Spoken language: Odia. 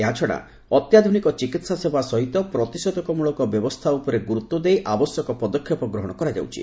ଏହାଛଡ଼ା ଅତ୍ୟାଧୁନିକ ଚିକିତ୍ସା ସେବା ସହିତ ପ୍ରତିଷେଧକ ମୂଳକ ବ୍ୟବସ୍ଥା ଉପରେ ଗୁରୁତ୍ୱ ଦେଇ ଆବଶ୍ୟକ ପଦକ୍ଷେପ ଗ୍ରହଣ କରାଯାଉଛି